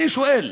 אני שואל: